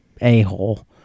a-hole